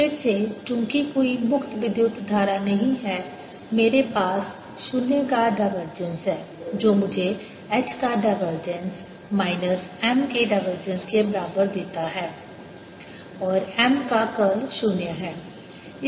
फिर से चूंकि कोई मुक्त विद्युत धारा नहीं है मेरे पास 0 का डाइवर्जेंस है जो मुझे H का डाइवर्जेंस माइनस M के डाइवर्जेंस के बराबर देता है और H का कर्ल 0 है